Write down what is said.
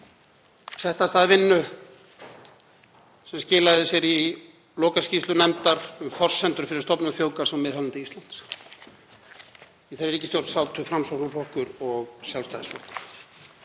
setti af stað vinnu sem skilaði sér í lokaskýrslu nefndar um forsendur fyrir stofnun þjóðgarðs á miðhálendi Íslands. Í þeirri ríkisstjórn sátu Framsóknarflokkur og Sjálfstæðisflokkur.